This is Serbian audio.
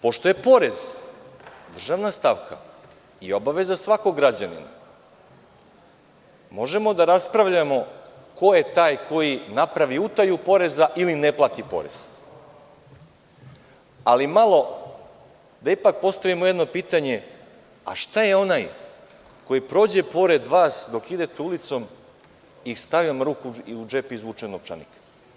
Pošto je porez državna stavka i obaveza svakog građanina, možemo da raspravljamo ko je taj koji napravi utaju poreza ili ne plati porez, ali da ipak postavimo jedno pitanje, a šta je onaj koji prođe pored vas dok idete ulicom i stavi vam ruku u džep i izvuče novčanik?